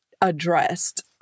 addressed